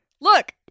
Look